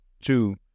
two